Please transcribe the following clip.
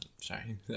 sorry